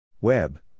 Web